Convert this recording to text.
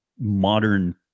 modern